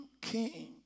king